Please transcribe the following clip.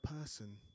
person